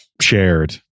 shared